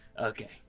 Okay